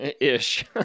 ish